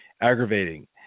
aggravating